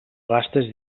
gastes